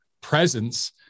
presence